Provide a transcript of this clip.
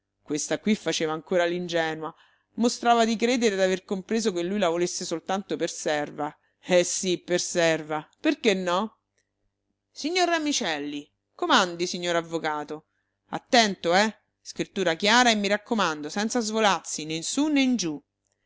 questa qui faceva ancora l'ingenua mostrava di credere d'aver compreso che lui la volesse soltanto per serva eh sì per serva perché no signor ramicelli comandi signor avvocato attento eh scrittura chiara e mi raccomando senza svolazzi né in su